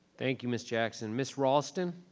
thank you, ms. jackson, ms. raulston.